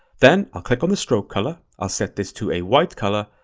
then i'll click on the stroke color, i'll set this to a white color,